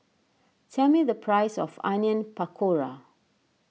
tell me the price of Onion Pakora